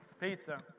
Pizza